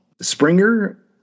Springer